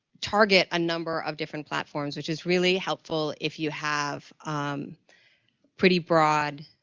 target a number of different platforms which is really helpful if you have a pretty broad,